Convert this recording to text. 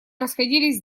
расходились